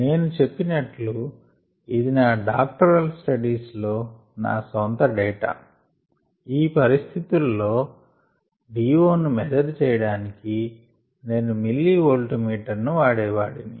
నేను చెప్పినట్లు ఇది నా డాక్టోరల్ స్టడీస్ లో నా సొంత డేటా ఈ పరిస్థితులలో ను DOను మెజర్ చేయడానికి నేను మిల్లి వోల్ట్ మీటర్ ని వాడేవాడిని